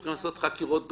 צריכים לעשות חקירות בחו"ל,